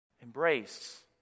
Embrace